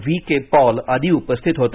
V K Paul आदी उपस्थित होते